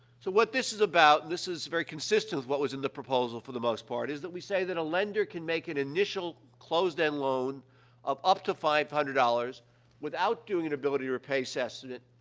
so, what this is about this is very consistent with what was in the proposal for the most part is that we say that a lender can make an initial, closed-end loan of up to five hundred dollars without doing an ability-to-repay assessment,